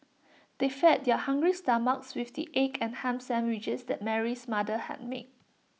they fed their hungry stomachs with the egg and Ham Sandwiches that Mary's mother had made